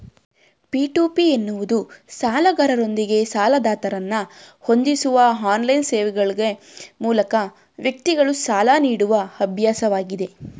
P to P ಎನ್ನುವುದು ಸಾಲಗಾರರೊಂದಿಗೆ ಸಾಲದಾತರನ್ನ ಹೊಂದಿಸುವ ಆನ್ಲೈನ್ ಸೇವೆಗ್ಳ ಮೂಲಕ ವ್ಯಕ್ತಿಗಳು ಸಾಲ ನೀಡುವ ಅಭ್ಯಾಸವಾಗಿದೆ